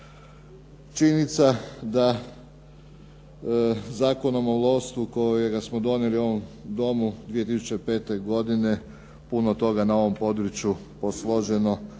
Činjenice da Zakonom o lovstvu kojega smo donijeli u ovom Domu 2005. godine puno toga na ovom području posloženo i